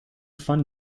fun